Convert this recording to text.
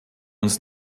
uns